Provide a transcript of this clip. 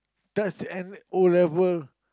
that's N O-level